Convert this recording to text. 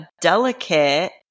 delicate